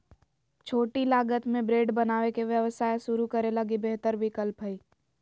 छोटी लागत में ब्रेड बनावे के व्यवसाय शुरू करे लगी बेहतर विकल्प हइ